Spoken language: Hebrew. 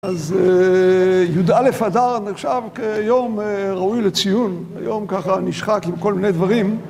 אז יא אדר נחשב כיום ראוי לציון, היום ככה נשחק עם כל מיני דברים.